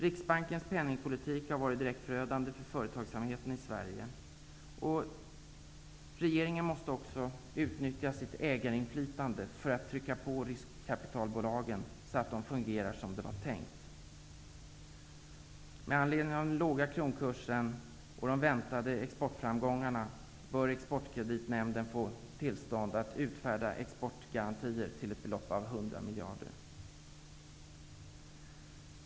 Riksbankens penningpolitik har varit direkt förödande för företagsamheten i Sverige. Regeringen måste utnyttja sitt ägarinflytande för att trycka på riskkapitalbolagen, så att de fungerar som det var tänkt. Med anledning av den låga kronkursen och de väntade exportframgångarna bör Exportkreditnämnden få tillstånd att utfärda exportgarantier till ett belopp av 100 miljarder.